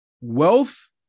Wealth